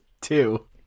Two